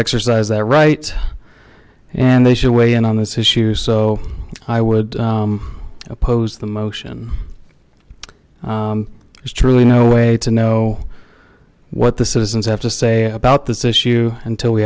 exercise their rights and they should weigh in on this issue so i would oppose the motion is truly no way to know what the citizens have to say about this issue until we